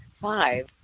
Five